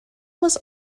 was